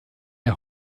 der